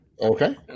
Okay